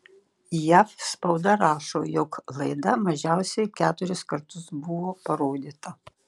jav spauda rašo jog laida mažiausiai keturis kartus buvo parodyta